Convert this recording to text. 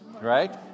Right